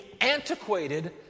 antiquated